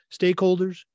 stakeholders